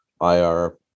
IR